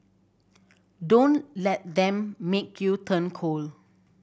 don't let them make you turn cold